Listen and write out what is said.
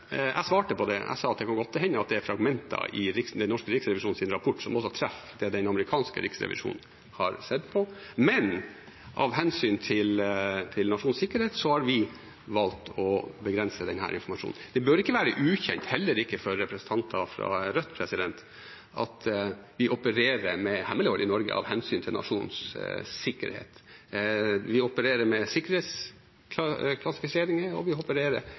Jeg svarte på det. Jeg sa at det kan godt hende det er fragmenter i den norske Riksrevisjonens rapport som også treffer det den amerikanske riksrevisjonen har sett på, men av hensyn til nasjonens sikkerhet har vi valgt å begrense denne informasjonen. Det bør ikke være ukjent – heller ikke for representanter fra Rødt – at vi opererer med hemmelighold i Norge, av hensyn til nasjonens sikkerhet. Vi opererer med sikkerhetsklassifiseringer, og vi opererer med begrensninger på dokumenter, og konfidensialitet. Jeg vil si at jeg er